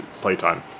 playtime